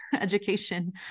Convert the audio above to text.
education